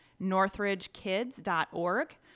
NorthridgeKids.org